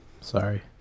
sorry